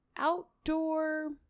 outdoor